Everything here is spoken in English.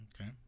Okay